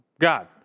God